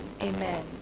Amen